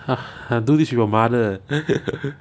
ha I do this with your mother uh